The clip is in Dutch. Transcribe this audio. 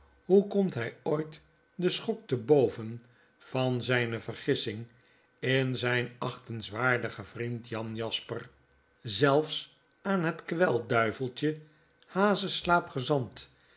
hoe komt hy ooit den schok te boven van ztjne vergissing in zyn achtenswaardigen vriend jan jasper zelfs aan het kwelduiveltje hazeslaap gezant